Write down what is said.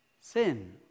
sin